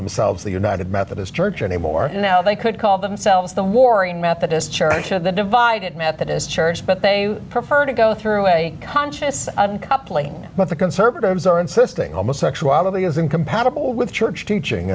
themselves the united methodist church anymore now they could call themselves the warring methodist church of the divided methodist church but they prefer to go through a conscious uncoupling but the conservatives are insisting almost sexuality is incompatible with church teaching